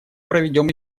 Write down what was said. проведем